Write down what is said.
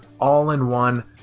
all-in-one